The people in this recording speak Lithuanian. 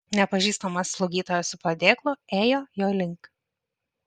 nepažįstama slaugytoja su padėklu ėjo jo link